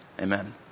Amen